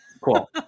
Cool